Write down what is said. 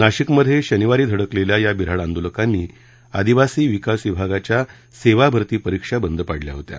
नाशिकमध्ये शनिवारी धडकलेल्या या बिन्हाड आंदोलकांनी आदिवासी विकास विभागाच्या सेवा भरती परीक्षा बंद पाडल्या होत्या